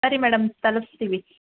ಸರಿ ಮೇಡಮ್ ತಲುಪಿಸ್ತೀವಿ